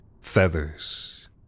feathers